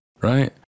right